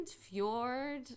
fjord